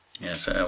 Yes